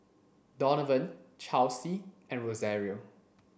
Donavan Chelsey and Rosario